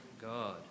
God